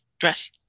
Dress